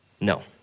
No